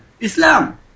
Islam